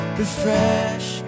refresh